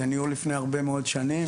זה ניהול לפני הרבה מאוד שנים,